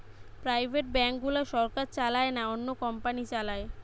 private bank গুলা সরকার চালায় না, অন্য কোম্পানি চালায়